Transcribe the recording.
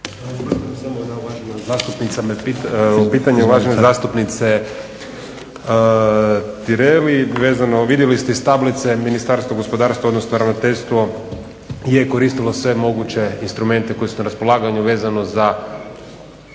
pitanje uvažene zastupnice Tireli, vidjeli ste iz tablice Ministarstva gospodarstva odnosno Ravnateljstvo je koristilo sve moguće instrumente koji su na raspolaganju vezano za